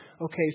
Okay